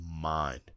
mind